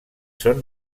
són